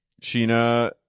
Sheena